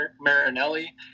Marinelli